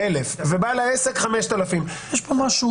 ובעל העסק 5,000 שקל.